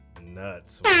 nuts